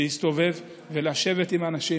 להסתובב עם ראשי רשויות ולשבת עם אנשים.